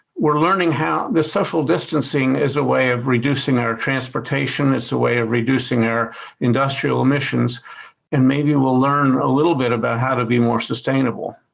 we're learning how, the social distancing is a way of reducing our transportation, it's a way of reducing our industrial emissions and maybe we'll learn a little bit about how to be more sustainable.